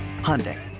Hyundai